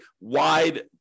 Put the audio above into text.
wide